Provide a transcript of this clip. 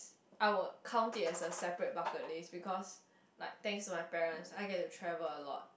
I would count it as a separate bucket list because like thanks to my parents I get to travel a lot